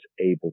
able